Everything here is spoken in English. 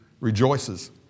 Rejoices